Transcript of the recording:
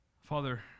Father